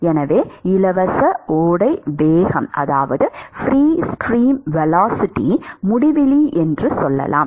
எனவே இலவச ஓடை வேகம் முடிவிலி என்று சொல்லலாம்